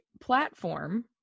platform